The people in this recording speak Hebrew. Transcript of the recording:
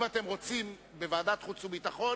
אם אתם רוצים בוועדת החוץ והביטחון,